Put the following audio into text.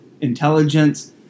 intelligence